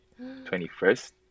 21st